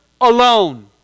alone